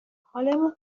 حالمون